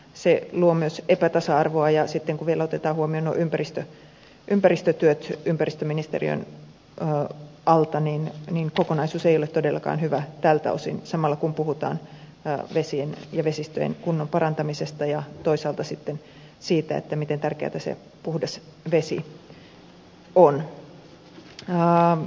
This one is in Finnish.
se luo myös epätasa arvoa ja sitten kun vielä otetaan huomioon nuo ympäristötyöt ympäristöministeriön alta niin kokonaisuus ei ole todellakaan hyvä tältä osin samalla kun puhutaan vesien ja vesistöjen kunnon parantamisesta ja toisaalta sitten siitä miten tärkeätä se puhdas vesi on